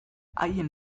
haien